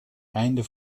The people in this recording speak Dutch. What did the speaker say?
einde